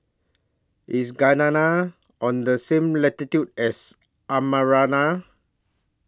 IS Guyana on The same latitude as Armenia